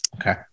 Okay